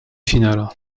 finale